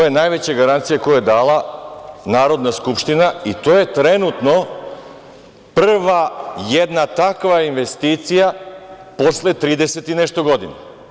To je najveća garancija koju je dala Narodna skupština i to je trenutno prva jedna takva investicija posle 30 i nešto godina.